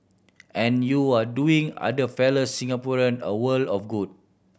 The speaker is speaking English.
and you're doing other fellow Singaporean a world of good